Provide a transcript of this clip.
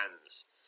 hands